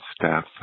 staff